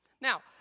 Now